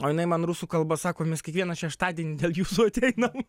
o jinai man rusų kalba sako mes kiekvieną šeštadienį dėl jūsų ateinam